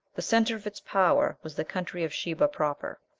the centre of its power was the country of sheba proper.